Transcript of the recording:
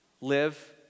live